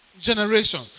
generation